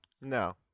No